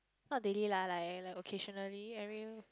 not daily lah like like occasionally every